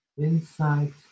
Insight